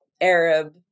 Arab